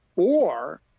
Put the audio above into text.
or,